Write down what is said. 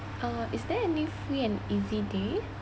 uh is there any free and easy day